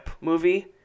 movie